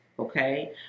Okay